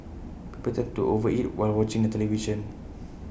people tend to over eat while watching the television